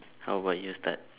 how about you start